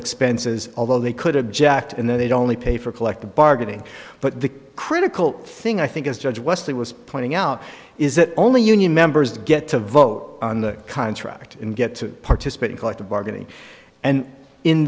expenses although they could object and then they'd only pay for collective bargaining but the critical thing i think is judge westley was pointing out is that only union members get to vote on the contract and get to participate in collective bargaining and in